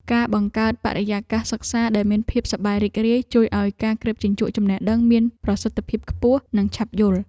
ការបង្កើតបរិយាកាសសិក្សាដែលមានភាពសប្បាយរីករាយ ជួយឱ្យការក្រេបជញ្ជក់ចំណេះដឹងមានប្រសិទ្ធភាពខ្ពស់និងឆាប់យល់។